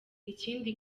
ikindi